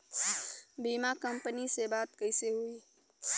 बीमा कंपनी में बात कइसे होई?